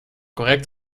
correct